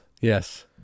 Yes